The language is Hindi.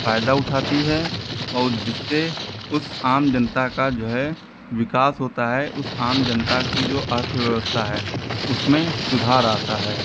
फ़ायदा उठाती है और जिससे उस आम जनता का जो है विकास होता है उस आम जनता की जो अर्थव्यवस्था है उसमें सुधार आता है